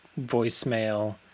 voicemail